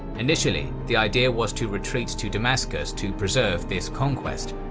initially, the idea was to retreat to damascus to preserve this conquest,